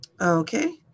Okay